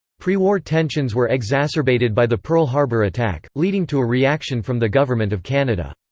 pre-war tensions were exacerbated by the pearl harbor attack, leading to a reaction from the government of canada.